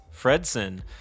Fredson